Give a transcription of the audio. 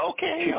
Okay